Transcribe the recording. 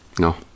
no